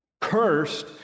cursed